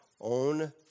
own